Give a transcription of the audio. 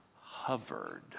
hovered